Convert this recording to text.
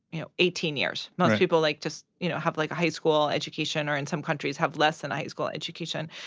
you know, eighteen years. most people, like, just, you know, have like a high school education or, in some countries, have less than a high school education.